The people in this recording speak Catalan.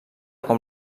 com